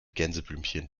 gänseblümchen